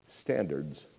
standards